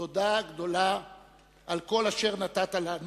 תודה גדולה על כל אשר נתת לנו